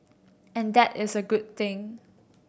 and that is a good thing